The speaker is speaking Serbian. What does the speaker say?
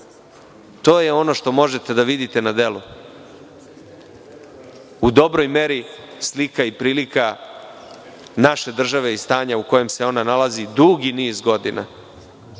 to je ono što možete da vidite na delu, u dobroj meri slika i prilika naše države i stanja u kojem se ona nalazi dugi niz godina,